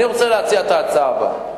אני רוצה להציע את ההצעה הבאה: